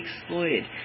exploited